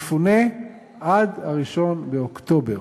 יפונה עד 1 באוקטובר.